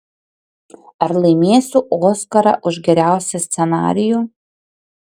ar laimėsiu oskarą už geriausią scenarijų